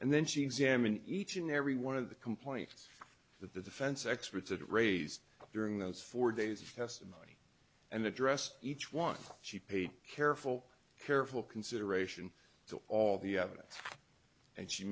and then she examined each and every one of the complaints that the defense experts had raised during those four days of testimony and address each one she paid careful careful consideration to all the evidence and she